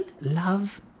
love